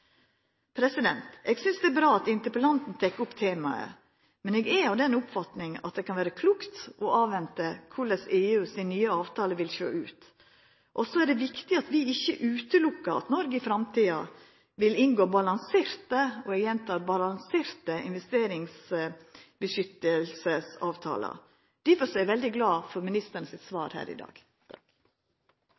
Eg synest det er bra at interpellanten tek opp temaet, men eg er av den oppfatninga at det kan vera klokt å avventa korleis EU sin nye avtale vil sjå ut, og det er viktig at vi ikkje utelukkar at Noreg i framtida vil inngå balanserte – eg gjentek balanserte – investeringsbeskyttelsesavtalar. Difor er eg veldig glad for ministeren sitt svar her i dag.